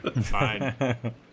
Fine